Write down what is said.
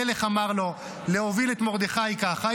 המלך אמר לו להוביל את מרדכי ככה.